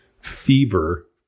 fever